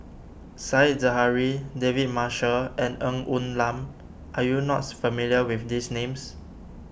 Said Zahari David Marshall and Ng Woon Lam are you not familiar with these names